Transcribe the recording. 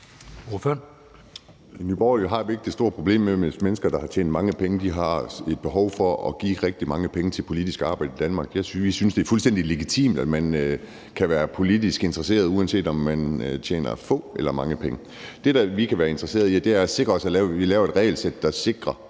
I Nye Borgerlige har vi ikke det store problem med det, hvis mennesker, der har tjent mange penge, har et behov for at give rigtig mange penge til politisk arbejde i Danmark. Vi synes, det er fuldstændig legitimt, at man kan være politisk interesseret, uanset om man tjener få eller mange penge. Det, vi kan være interesserede i, er, at vi får lavet et regelsæt, der sikrer,